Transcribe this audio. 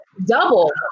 double